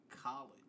college